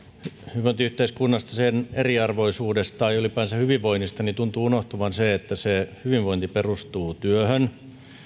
hyvinvointiyhteiskunnasta sen eriarvoisuudesta ja ylipäänsä hyvinvoinnista tuntuu unohtuvan se että se hyvinvointi perustuu työhön